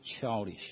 childish